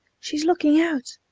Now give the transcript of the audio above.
she's looking out!